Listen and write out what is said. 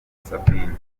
sabine